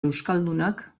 euskaldunak